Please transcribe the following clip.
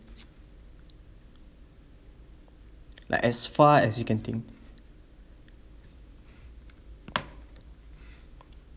like as far as you can think